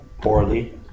poorly